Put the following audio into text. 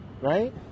right